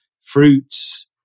fruits